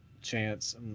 chance